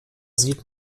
sieht